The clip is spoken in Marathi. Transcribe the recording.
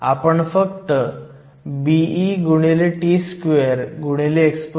त्यामुळे करंट मूलत 4 ऑर्डरच्या परिमाणाने वाढतो